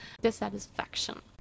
dissatisfaction